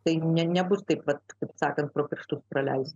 tai nebus taip pat kaip sakant pro pirštus praleis